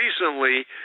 recently